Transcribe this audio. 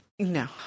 No